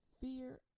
Fear